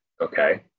okay